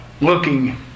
looking